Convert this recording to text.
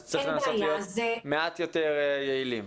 צריכים להיות מעט יותר יעילים.